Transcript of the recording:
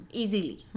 easily